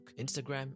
Instagram